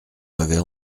m’avait